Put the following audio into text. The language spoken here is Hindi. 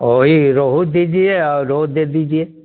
वो ही रोहू दीजिए और रोहू दे दीजिए